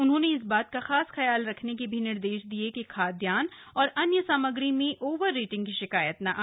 उन्होंने इस बात का खास ख्याल रखने के निर्देश भी दिये कि खाद्यान्न और अन्य सामग्री में ओवर रेटिंग की शिकायत ना हो